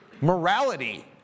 morality